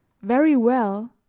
very well,